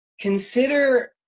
consider